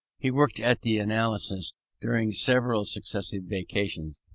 he worked at the analysis during several successive vacations,